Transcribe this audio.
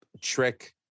trick